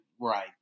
Right